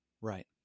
Right